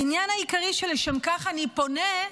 העניין העיקרי שלשם כך אני פונֶה,